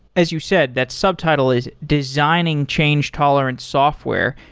as you said, that subtitle is designing change tolerant software.